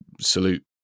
salute